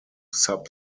sub